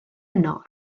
yno